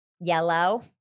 Yellow